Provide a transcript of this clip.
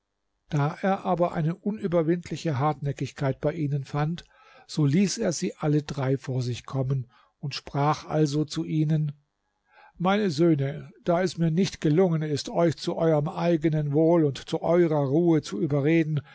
da er aber eine unüberwindliche hartnäckigkeit bei ihnen fand so ließ er sie alle drei vor sich kommen und sprach also zu ihnen meine söhne da es mir nicht gelungen ist euch zu euerm eigenen wohl und zu eurer ruhe zu überreden